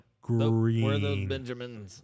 green